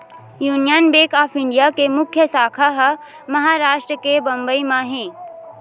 union bank of India के मुख्य साखा ह महारास्ट के बंबई म हे